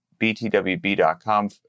btwb.com